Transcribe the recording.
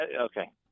Okay